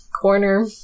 corner